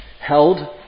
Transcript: held